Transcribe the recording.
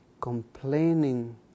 complaining